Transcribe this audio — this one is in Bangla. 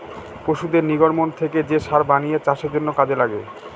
পশুদের নির্গমন থেকে যে সার বানিয়ে চাষের জন্য কাজে লাগে